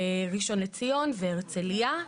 ראשון לציון והרצליה.